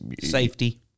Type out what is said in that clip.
safety